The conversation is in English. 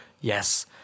yes